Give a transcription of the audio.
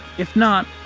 if not,